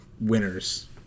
winners